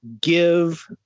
give